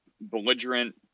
belligerent